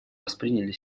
восприняли